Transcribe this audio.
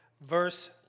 verse